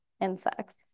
insects